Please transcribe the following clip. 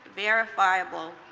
verifiable,